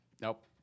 nope